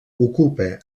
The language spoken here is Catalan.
ocupa